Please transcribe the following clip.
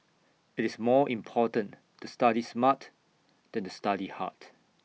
IT is more important to study smart than to study hard